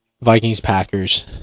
Vikings-Packers